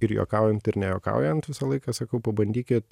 ir juokaujant ir nejuokaujant visą laiką sakau pabandykit